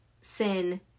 sin